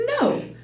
no